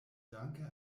danke